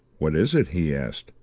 what is it? he asked,